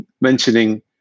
mentioning